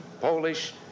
Polish